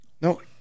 no